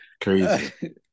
Crazy